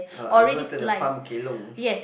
no I go to the farm kelong